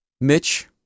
Mitch